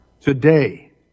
Today